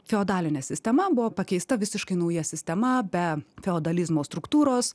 feodalinė sistema buvo pakeista visiškai nauja sistema be feodalizmo struktūros